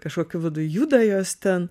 kažkokiu būdu juda jos ten